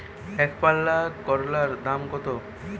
একপাল্লা করলার দাম কত?